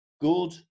good